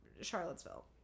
charlottesville